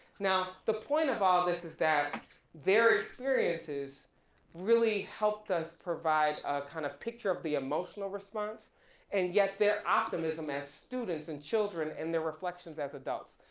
now the point of all this is that their experiences really helped us provide a kind of picture of the emotional response and yet their optimism as students and children and their reflections as adults.